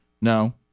No